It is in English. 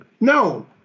No